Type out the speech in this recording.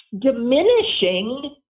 diminishing